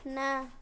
ନା